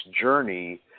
journey